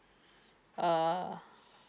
uh